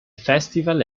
festival